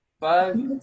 Five